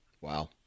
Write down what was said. Wow